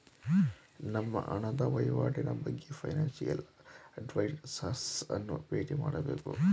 ನಮ್ಮ ಹಣದ ವಹಿವಾಟಿನ ಬಗ್ಗೆ ಫೈನಾನ್ಸಿಯಲ್ ಅಡ್ವೈಸರ್ಸ್ ಅನ್ನು ಬೇಟಿ ಮಾಡಬೇಕು